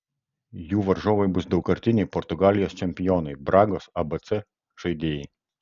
jų varžovai bus daugkartiniai portugalijos čempionai bragos abc žaidėjai